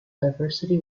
diversity